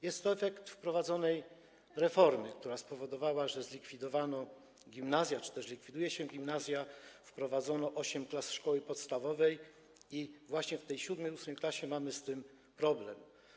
Jest to efekt wprowadzonej reformy, która spowodowała, że zlikwidowano gimnazja, czy też likwiduje się gimnazja, wprowadzono osiem klas szkoły podstawowej i właśnie w klasie VII i w klasie VIII mamy z tym problem.